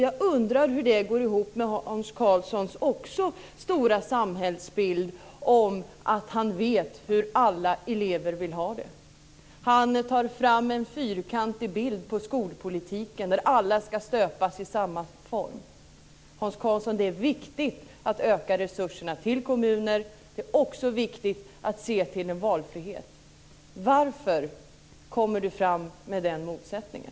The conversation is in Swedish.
Jag undrar hur det går ihop med hans stora samhällsbild om att han vet hur alla elever vill ha det. Han tar fram en fyrkantig bild på skolpolitiken där alla ska stöpas i samma form. Hans Karlsson! Det är viktigt att öka resurserna till kommuner. Men det är också viktigt att se till en valfrihet. Varför kommer Hans Karlsson fram med den motsättningen?